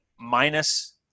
minus